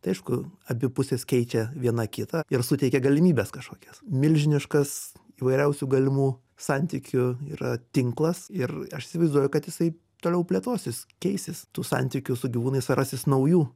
tai aišku abi pusės keičia viena kitą ir suteikia galimybes kažkokias milžiniškas įvairiausių galimų santykių yra tinklas ir aš įsivaizduoju kad jisai toliau plėtosis keisis tų santykių su gyvūnais rasis naujų